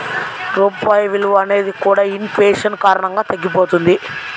రూపాయి విలువ అనేది కూడా ఇన్ ఫేషన్ కారణంగా తగ్గిపోతది